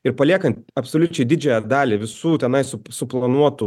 ir paliekant absoliučiai didžiąją dalį visų tenai su suplanuotų